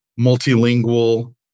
multilingual